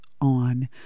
on